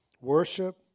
worship